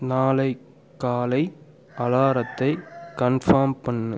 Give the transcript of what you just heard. நாளை காலை அலாரத்தை கன்ஃபாம் பண்ணு